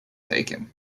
taken